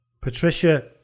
Patricia